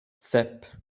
sep